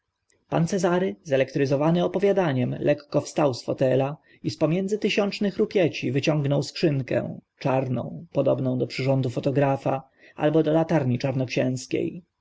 pan cezary zelektryzowany opowiadaniem lekko wstał z fotelu i spomiędzy tysiącznych rupieci wyciągnął skrzynkę czarną podobną do przyrządu fotografa albo do latarni czarnoksięskie